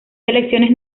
selecciones